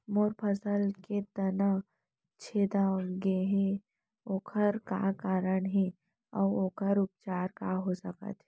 मोर फसल के तना छेदा गेहे ओखर का कारण हे अऊ ओखर उपचार का हो सकत हे?